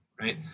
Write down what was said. right